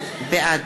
בעד